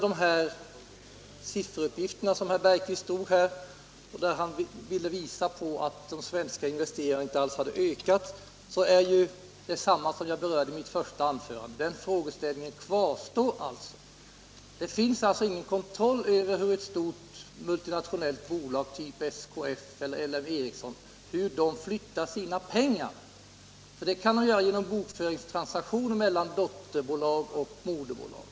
Herr Bergqvist lämnade här en del sifferuppgifter och ville med dem visa att de svenska investeringarna inte alls har ökat, Jag berörde detta redan i mitt första anförande, och den fråga jag då ställde kvarstår alltså. Det finns alltså inte någon kontroll över hur ett stort multinationellt företag som SKF eller LM Ericsson flyttar sina pengar. Det kan ske genom bokföringstransaktioner mellan dotterbolag och moderbolag.